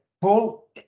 Paul